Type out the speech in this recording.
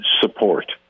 support